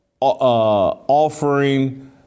offering